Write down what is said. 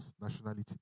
nationality